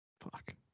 Fuck